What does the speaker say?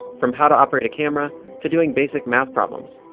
from how to operate a camera, to doing basic math problems.